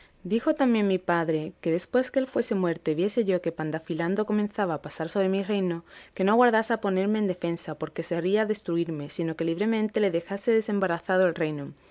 dijo también mi padre que después que él fuese muerto y viese yo que pandafilando comenzaba a pasar sobre mi reino que no aguardase a ponerme en defensa porque sería destruirme sino que libremente le dejase desembarazado el reino